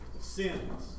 sins